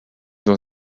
dans